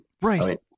Right